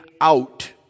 out